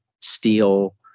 steel